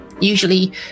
Usually